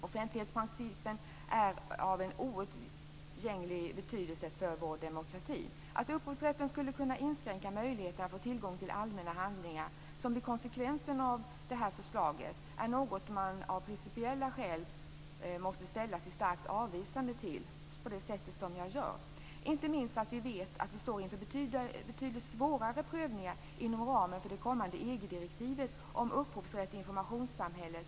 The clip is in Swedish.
Offentlighetsprincipen är av en outgänglig betydelse för vår demokrati. Att upphovsrätten skulle kunna inskränka möjligheterna att få tillgång till allmänna handlingar, som blir konsekvensen av förslaget, är något man av principiella skäl måste ställa sig starkt avvisande till, på det sätt som jag nu gör. Det gäller inte minst därför att vi nu står inför betydligt svårare prövningar inom ramen för det kommande EG-direktivet om upphovsrätt i informationssamhället.